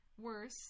Worse